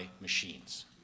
machines